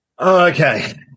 Okay